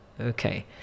Okay